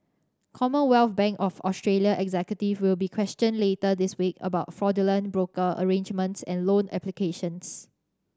Commonwealth Bank of Australia executives will be questioned later this week about fraudulent broker arrangements and loan applications